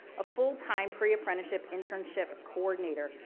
a full time pre-apprenticeship, internship coordinator.